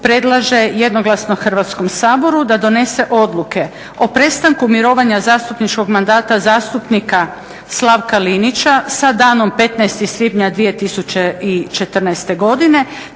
predlaže jednoglasno Hrvatskom saboru da donese odluke o prestanku mirovanja zastupničkog mandata zastupnika Slavka Linića sa danom 15. svibnja 2014. godine